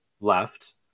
left